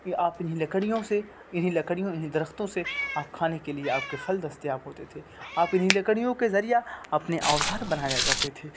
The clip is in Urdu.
یہ آپ انہیں لکریوں سے انہیں لکریوں انہیں درختوں سے آپ کھانے کے لیے آپ کے فل دستیاب ہوتے تھے آپ انہیں لکڑیوں کے ذریعہ اپنے اوزار بنایا کرتے تھے